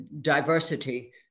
diversity